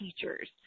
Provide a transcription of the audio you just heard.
teachers